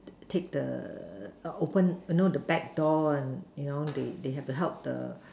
take the open you know back door and you know they they have to help the